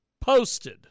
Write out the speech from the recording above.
posted